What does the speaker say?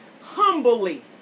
humbly